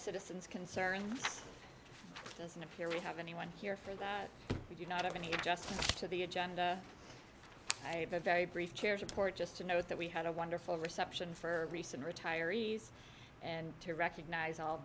citizens concern doesn't appear we have anyone here for that we do not have any adjustment to the agenda i have a very brief chairs report just a note that we had a wonderful reception for recent retirees and to recognize all